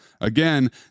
Again